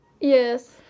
Yes